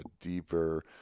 deeper